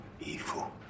evil